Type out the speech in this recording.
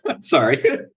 sorry